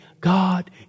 God